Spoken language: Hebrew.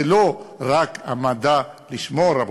זה לא רק מדע בשביל לשמור, רבותי,